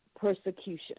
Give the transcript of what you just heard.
persecution